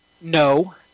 No